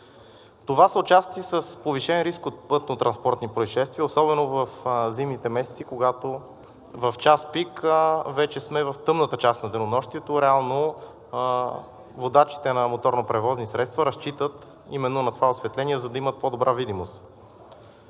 Това са участъци с повишен риск от пътнотранспортни произшествия, особено в зимните месеци, когато в час пик вече сме в тъмната част на денонощието. Реално водачите на моторни превозни средства разчитат именно на това осветление, за да имат по-добра видимост.